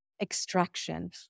extraction